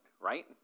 right